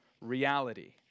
Reality